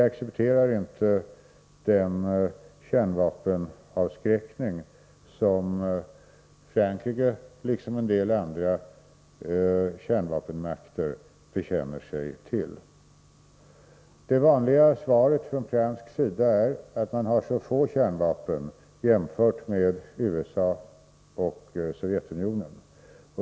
Vi accepterar inte den kärnvapenavskräckning som Frankrike liksom en del andra kärnvapenmakter bekänner sig till. Det vanliga svaret från fransk sida är att man har så få kärnvapen jämfört med USA och Sovjetunionen.